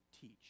teach